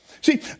See